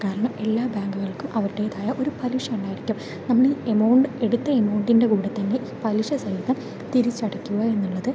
കാരണം എല്ലാ ബാങ്കുകൾക്കും അവരുടേതായ ഒരു പലിശ ഉണ്ടായിരിക്കും നമ്മൾ ഈ എമൗണ്ട് എടുത്ത എമൗണ്ടിൻ്റെ കൂടെത്തന്നെ പലിശ സഹിതം തിരിച്ചടയ്ക്കുക എന്നുള്ളത്